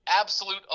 absolute